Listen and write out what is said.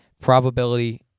probability